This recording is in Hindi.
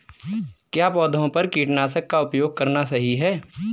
क्या पौधों पर कीटनाशक का उपयोग करना सही है?